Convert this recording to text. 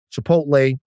Chipotle